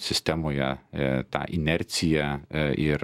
sistemoje tą inerciją ir